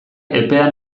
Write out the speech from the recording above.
epea